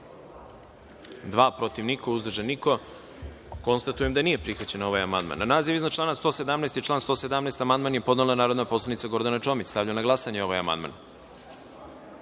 protiv – niko, uzdržan – niko. Konstatujem da nije prihvaćen amandman. Na naziv iznad člana 47. i član 47. amandman je podnela narodna poslanica Gordana Čomić. Stavljam na glasanje ovaj